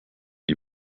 die